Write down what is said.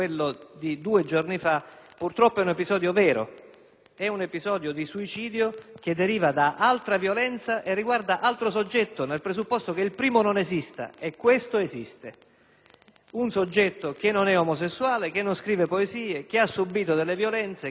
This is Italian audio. è un episodio di suicidio che deriva da altra violenza e che riguarda altro soggetto, nel presupposto che il primo non esista e questo sì. Un soggetto non omosessuale, che non scrive poesie, che ha subito delle violenze, che è stato trasferito da un carcere all'altro a causa delle violenze subite e che ha più